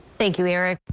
thank you eric.